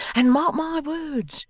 and mark my words,